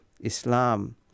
Islam